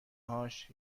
هاش